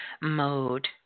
mode